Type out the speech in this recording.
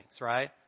right